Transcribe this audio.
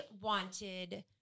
wanted